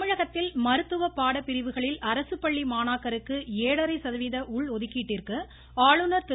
தமிழகத்தில் மருத்துவ பாடப்பிரிவுகளில் அரசு பள்ளி மாணாக்கருக்கு ஏழரை சதவிகித உள் ஒதுக்கீட்டிற்கு ஆளுநா் திரு